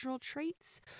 traits